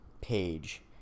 page